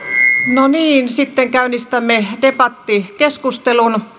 no niin sitten käynnistämme debattikeskustelun